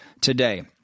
today